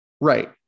Right